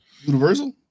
Universal